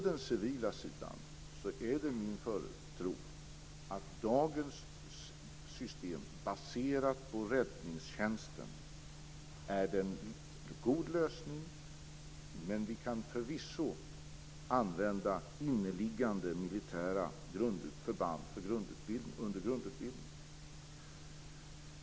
Det är min tro att dagens system på den civila sidan, baserat på räddningstjänsten, är en god lösning. Men vi kan förvisso använda inneliggande militära förband under grundutbildning.